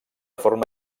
forma